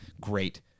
Great